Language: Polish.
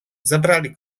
zabrali